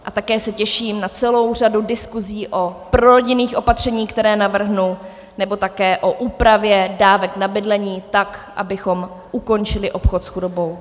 A také se těším na celou řadu diskusí o prorodinných opatřeních, která navrhnu, nebo také o úpravě dávek na bydlení, tak abychom ukončili obchod s chudobou.